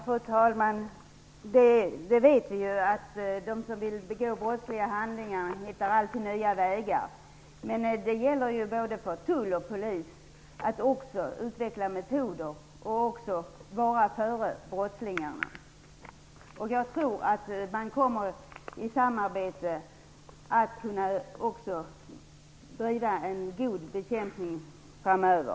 Fru talman! Vi vet att de som vill begå brottsliga handlingar alltid hittar nya vägar, men det gäller både för tull och polis att utveckla sina metoder och att förekomma brottslingarna. Jag tror att man i samarbete kommer att bedriva en god bekämpning framöver.